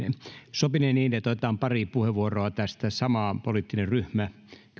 sopinee niin että otetaan pari puheenvuoroa tässä sama poliittinen ryhmä